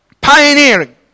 Pioneering